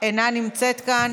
אינה נמצאת כאן.